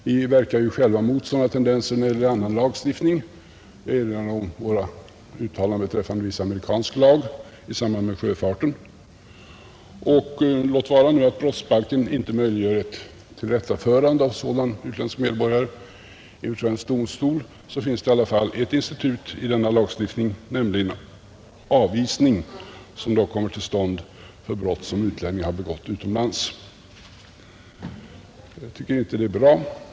Vi verkar ju själva mot sådana tendenser när det gäller annan lagstiftning. Jag erinrar om våra uttalanden beträffande viss amerikansk lag i samband med sjöfarten. Låt vara nu att brottsbalken inte möjliggör ett tillrättaförande av sådan utländsk medborgare inför svensk domstol, men det finns i alla fall ett institut i denna lagstiftning, nämligen avvisning som dock kommer till stånd för brott som utlänning har begått utomlands. Jag tycker inte det är bra.